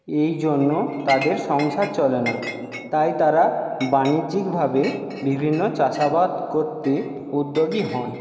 এই জন্য তাদের সংসার চলে না তাই তারা বাণিজ্যিকভাবে বিভিন্ন চাষাবাদ করতে উদ্যোগী হন